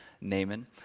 Naaman